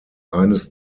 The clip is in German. eines